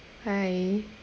bye